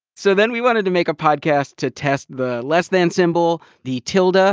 so, then we wanted to make a podcast to test the less than symbol, the tilde, ah